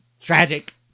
Tragic